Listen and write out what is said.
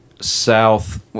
south